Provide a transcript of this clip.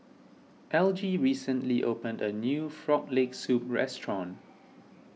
Elgie recently opened a new Frog Leg Soup restaurant